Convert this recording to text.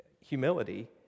humility